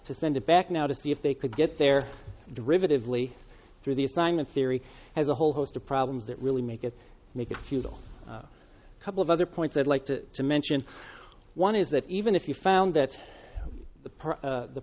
to send it back now to see if they could get their derivative lee through the assignment theory has a whole host of problems that really make it make it futile a couple of other points i'd like to mention one is that even if you found that the per the